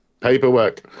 paperwork